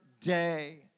day